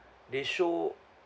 they show